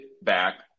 back